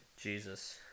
Jesus